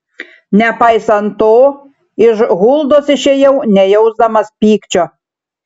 nepaisant to iš huldos išėjau nejausdamas pykčio